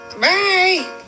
bye